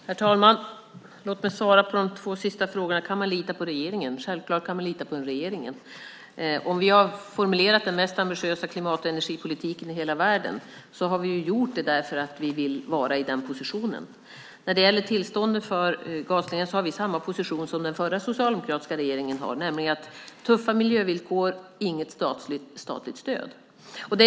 Herr talman! Jag ska svara på de två sista frågorna. Kan man lita på regeringen? Självklart kan man lita på regeringen. När vi har formulerat den mest ambitiösa klimat och energipolitiken i hela världen har vi gjort det därför att vi vill vara i den positionen. När det gäller tillstånd för gasledningar har vi samma position som den förra socialdemokratiska regeringen hade, nämligen att det ska vara tuffa miljövillkor och inget statligt stöd.